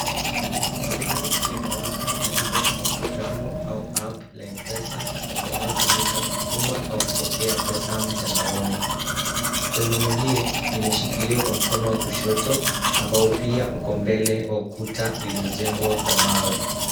Simu limewaka na liko kwenye programu au app la mpesa linayotumika kutuma au kupokea pesa mtandaoni. Rununu hiyo imeshikiliwa ka mkono wa kushoto ambao pia iliyojengwa kwa mawe.